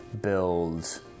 build